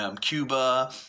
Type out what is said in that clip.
Cuba